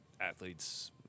athletes